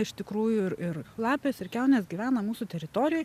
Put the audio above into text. iš tikrųjų ir ir lapės ir kiaunės gyvena mūsų teritorijoj